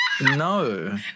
No